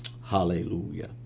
Hallelujah